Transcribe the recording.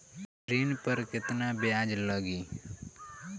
ऋण पर केतना ब्याज लगी?